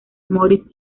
moritz